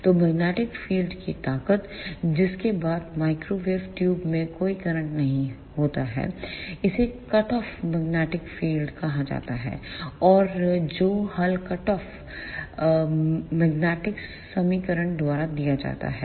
तो magnetic field की ताकत जिसके बाद माइक्रोवेव ट्यूब में कोई करंट नहीं होता है इसे कट ऑफ मैग्नेटिक फील्ड कहा जाता है और जो हल कट ऑफ मैग्नेटिक समीकरण द्वारा दिया जाता है